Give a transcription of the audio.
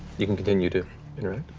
you can continue to interact.